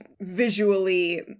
visually